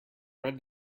bread